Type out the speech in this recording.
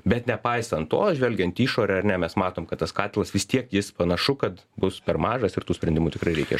bet nepaisant to žvelgiant į išorę ar ne mes matom kad tas katilas vis tiek jis panašu kad bus per mažas ir tų sprendimų tikrai reikia